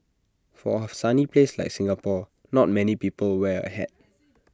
for A sunny place like Singapore not many people wear A hat